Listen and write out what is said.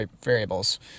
variables